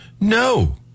No